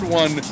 one